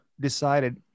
decided